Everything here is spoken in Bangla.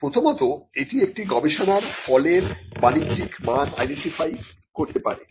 প্রথমত এটি একটি গবেষণার ফলের বাণিজ্যিক মান আইডেন্টিফাই করতে পারে